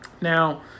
Now